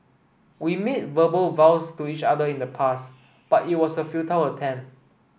we made verbal vows to each other in the past but it was a futile attempt